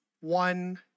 one